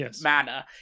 manner